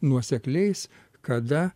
nuosekliais kada